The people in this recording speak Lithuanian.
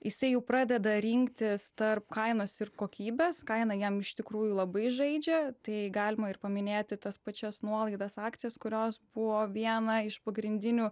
jisai jau pradeda rinktis tarp kainos ir kokybės kaina jam iš tikrųjų labai žaidžia tai galima ir paminėti tas pačias nuolaidas akcijas kurios buvo viena iš pagrindinių